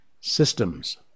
systems